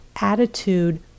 attitude